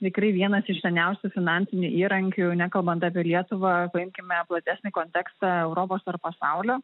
tikrai vienas iš seniausių finansinių įrankių jau nekalbant apie lietuvą paimkime platesnį kontekstą europos ar pasaulio